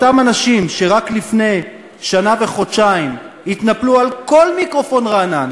אותם אנשים שרק לפני שנה וחודשיים התנפלו על כל מיקרופון רענן,